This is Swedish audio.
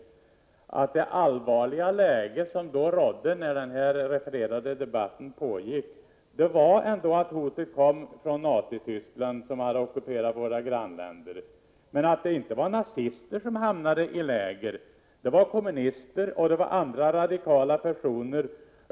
Vi skall väl ändå komma ihåg att det allvarliga läge som rådde när den här refererade debatten pågick bestod i ett hot från Nazityskland, som hade ockuperat våra grannländer. Men det var inte nazister som hamnade i läger — det var kommunister och andra radikala personer.